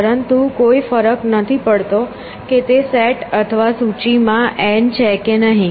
પરંતુ કોઈ ફરક નથી પડતો કે તે સેટ અથવા સૂચિમાં n છે કે નહીં